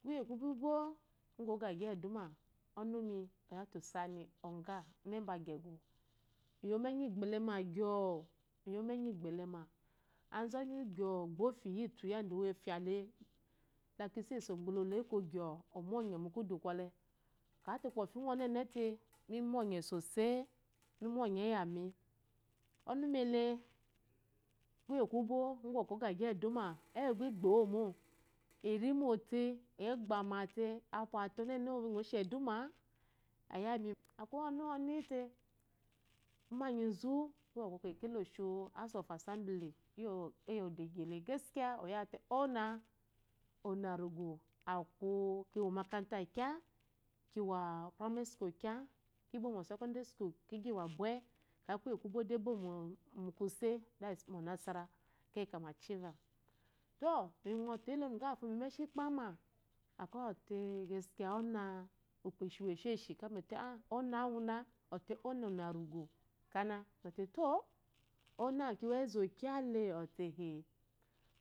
Kuye kubi bo bɔ ogigi eduma ɔnumi oya te osani ongah unewu nba agyegu, miyewu mu enyi gbɛlɛ ma gyo, muye wu enyi gbɛlɛ ma gyo, muye wu enyi gbɛlɛ, azɔnu gyo ba ofya lyitu lyi lewu afya le, la kiso esu ugbulolo ekȯ gyɔ omunye mu kudu kwɔle. kyata kofi ngwa onene, mi munye sosai mu ɔnye iya mi ɔnuma le kuye ku bo, ngwa ɔko ogigi eduma ewu egbo-o mo eyi mote agbama te, apwate ɔnene onu eshi eduma ayame, akwai ɔno uwu oniyi te, umanyizu uwu kekele oshiwu house of assemble iyi udege gaskiya oya wu te onah onarigu akwu ki wa omakata kya. kiwa o primary school kya, kimbo mu osecoderi school kigyi wa bwai, ekeyi kuye kubo de ebomo kuse i. e mu onasara ekeyi aka mu achievers. to mi ngs tėlė ɔnuga uwu fo miyimu eshi esheshi, ekeyi mizɔte a-a, onah uwuna, ɔte onah onarigu kana miyo to onah uwu kiwa ezu kyalė ɔte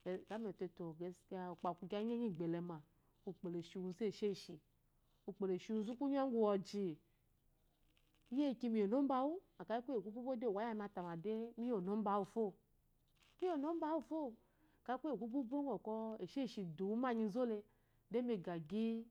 eh, gba mi zɔte to gaskiya ukpo akwu kiya igi enyi gbɛlɛ ma. ukpo le shiwu zu esheshi, ukpo deshiwu kungɔ ngwu wɔji eyeki miyi onumba wu ekeyi kuye kubibo de owaya mi atamade miyi onumba fo, miyi onumba fo, ekeyi kuye ku bibo ngɔ kwɔ esheshi iduwa omanyi zule de mi gagi.